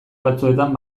batzuetan